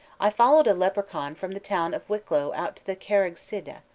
i followed a leprechaun from the town of wicklow out to the carraig sidhe,